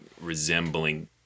resembling